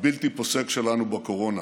הבלתי-פוסק שלנו בקורונה.